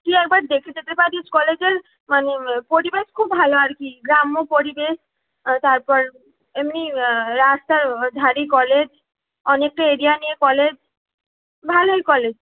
তুই একবার দেখে যেতে পারিস কলেজের মানে পরিবেশ খুব ভালো আর কি গ্রাম্য পরিবেশ তারপর এমনি রাস্তার ধারেই কলেজ অনেকটা এরিয়া নিয়ে কলেজ ভালোই কলেজ